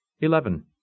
Eleven